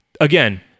again